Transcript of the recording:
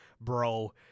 bro